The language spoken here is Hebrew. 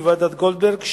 היא ועדת-גולדברג,